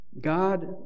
God